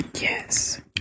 Yes